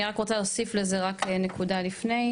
אני רק רוצה להוסיף לזה רק נקודה לפני,